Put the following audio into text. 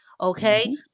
Okay